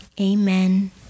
amen